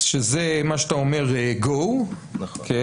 שזה מה שאתה אומר go בחודש.